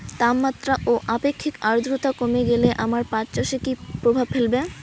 তাপমাত্রা ও আপেক্ষিক আদ্রর্তা কমে গেলে আমার পাট চাষে কী প্রভাব ফেলবে?